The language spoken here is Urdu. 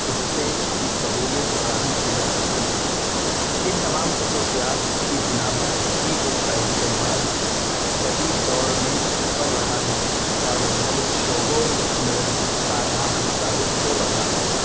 اسپیچ کی سہولیت فراہم کی جا سکتی ہے ان تمام خصوصیات کی بنا پر ای بک کا استعمال جدید دور میں بڑھ رہا ہے اور مختلف شعبوں میں کارآمد ثابت ہو رہا ہے